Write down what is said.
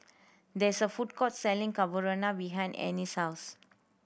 there is a food court selling Carbonara behind Anais' house